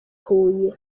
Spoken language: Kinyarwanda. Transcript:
huye